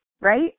right